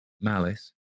malice